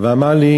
ואמר לי: